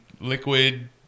liquid